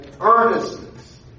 earnestness